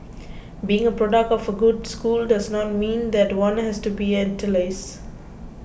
being a product of a good school does not mean that one has to be an elitist